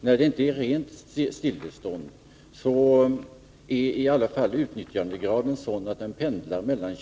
När det inte är rent stillestånd, pendlar utnyttjandegraden mellan 20 och 40 90.